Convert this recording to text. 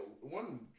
one